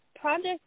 Project